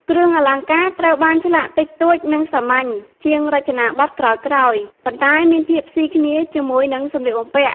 គ្រឿងអលង្ការត្រូវបានឆ្លាក់ តិចតួច និងសាមញ្ញ ជាងរចនាបថក្រោយៗ ប៉ុន្តែមានភាពស៊ីគ្នាជាមួយនឹងសម្លៀកបំពាក់។